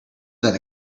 than